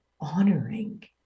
honoring